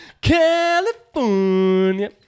California